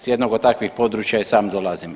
Sa jednog od takvih područja i sam dolazim.